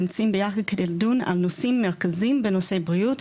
נמצאים ביחד לדון על נושאים מרכזיים בנושאי בריאות,